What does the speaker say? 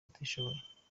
abatishoboye